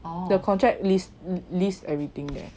the contract list list everything there